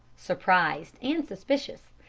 surprised and suspicious.